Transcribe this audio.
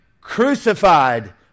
crucified